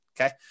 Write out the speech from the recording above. Okay